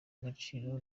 agaciro